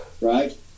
right